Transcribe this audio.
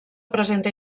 presenta